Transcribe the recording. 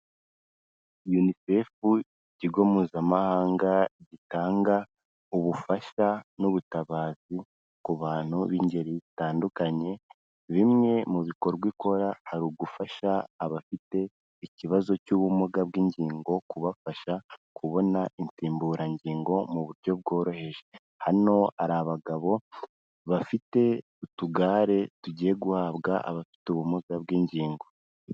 Yunisefu ni ikigo mpuzamahanga gitanga ubufasha n'ubutabazi ku bantu b'ingeri zitandukanye, bimwe mu bikorwa ikora hari ugufasha abafite ikibazo cy'ubumuga bw'ingingo, kubafasha kubona insimburangingo mu buryo bworoheje. Hano hari abagabo bafite utugare tugiye guhabwa abafite ubumuga bw'ingingo.